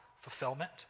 fulfillment